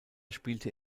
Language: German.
spielte